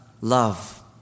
love